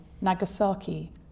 Nagasaki